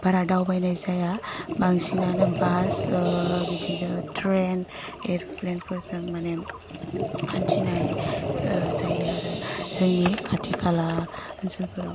बारा दावबायनाय जाया बांसिनानो बास बिदिनो ट्रेन एरप्लेनफोरजों माने हान्थिनाय जायो आरो जोंनि खाथि खाला ओनसोलफ्रा